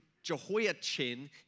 Jehoiachin